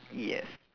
yes